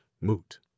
moot